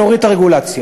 נוריד את הרגולציה.